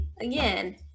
again